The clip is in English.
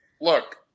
Look